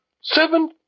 Seven